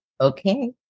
Okay